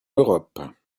europe